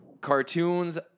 Cartoons